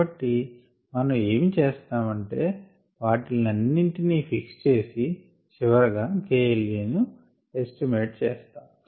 కాబట్టి మనం ఏమి చేస్తామంటే వాటిల్ని అన్నింటిని ఫిక్స్ చేసి చివరిగా KLaను ఎస్టిమేట్ చేస్తాము